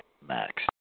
max